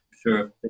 sure